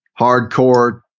hardcore